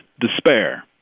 despair